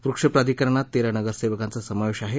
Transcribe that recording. वृक्षप्राधिकरणात तेरा नगरसेवकांचा समावेश आहे